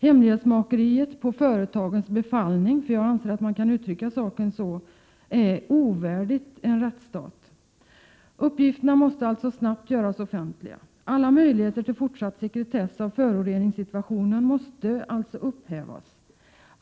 Hemlighetsmakeriet på företagens befallning — jag anser att man kan uttrycka saken så — är ovärdigt en rättsstat. Uppgifterna måste snabbt göras offentliga. Alla möjligheter till fortsatt sekretess beträffande föroreningssituationen måste alltså upphävas.